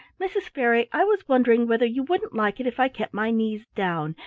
mrs. fairy, i was wondering whether you wouldn't like it if i kept my knees down,